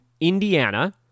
Indiana